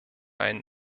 einen